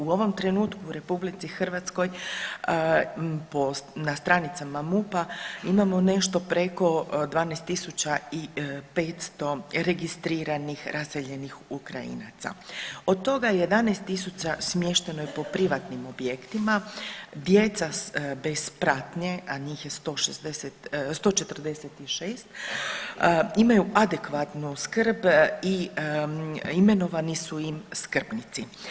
U ovom trenutku u RH na stranicama MUP-a imamo nešto preko 12.500 registriranih raseljenih Ukrajinaca od toga je 11.000 smješteno je po privatnim objektima, djeca bez pratnje, a njih je 146 imaju adekvatnu skrb i imenovani su im skrbnici.